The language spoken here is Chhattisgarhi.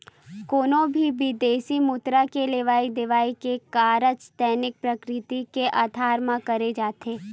कोनो भी बिदेसी मुद्रा के लेवई देवई के कारज दैनिक प्रकृति के अधार म करे जाथे